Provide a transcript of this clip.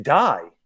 die